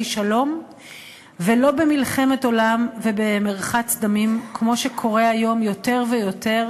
שלום ולא במלחמת עולם ובמרחץ דמים כמו שקורה היום יותר ויותר,